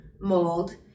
mold